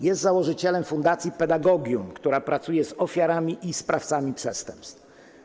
Jest założycielem fundacji Pedagogium, która pracuje z ofiarami i sprawcami przestępstw.